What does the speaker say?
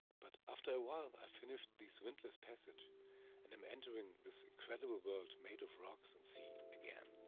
but after a while i finished this windless passage and am entering this incredible world made of rocks and sea again.